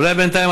אולי בינתיים,